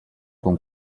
con